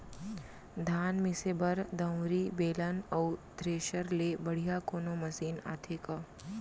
धान मिसे बर दंवरि, बेलन अऊ थ्रेसर ले बढ़िया कोनो मशीन आथे का?